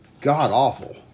god-awful